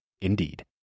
Indeed